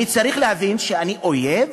אני צריך להבין שאני אויב,